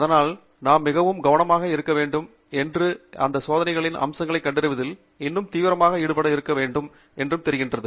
அதனால் நாம் மிகவும் கவனமாக இருக்க வேண்டும் என்றும் அந்த சோதனைகளின் அம்சங்களைக் கண்டறிவதில் இன்னும் தீவிரமாக ஈடுபட்டு இருக்க வேண்டும் என்றும் தெரிகிறது